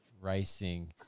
racing